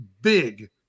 big